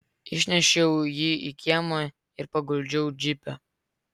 išnešiau jį į kiemą ir paguldžiau džipe